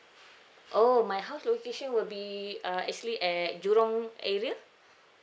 oh my house location will be uh actually at jurong area